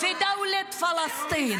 רדי מהדוכן, תרדי.